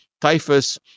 typhus